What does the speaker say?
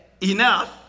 enough